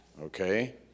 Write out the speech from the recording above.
Okay